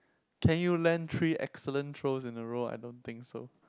can you land three excellent throws in a row I don't think so